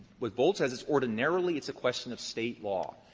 what volt says, it's ordinarily, it's a question of state law.